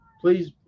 Please